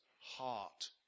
heart